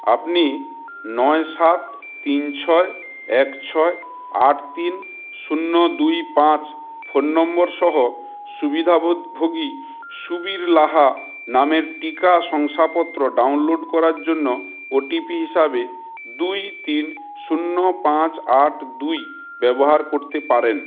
আপনি নয় সাত তিন ছয় এক ছয় আট তিন শূন্য দুই পাঁচ ফোন নম্বরসহ সুবিধাভোত ভোগী সুবীর লাহা নামের টিকা শংসাপত্র ডাউনলোড করার জন্য ওটিপি হিসাবে দুই তিন শূন্য পাঁচ আট দুই ব্যবহার করতে পারেন